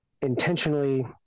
intentionally